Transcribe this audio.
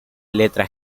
letra